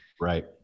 Right